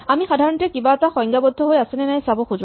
আমি সাধাৰণতে কিবা এটা সংজ্ঞাবদ্ধ হৈ আছেনে নাই চাব খোজো